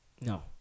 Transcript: No